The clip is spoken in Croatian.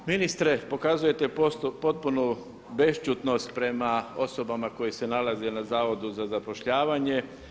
Ministre, pokazujete potpunu bešćutnost prema osobama koje se nalaze na Zavodu za zapošljavanje.